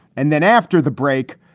and then after the break,